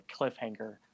cliffhanger